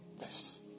Yes